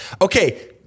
Okay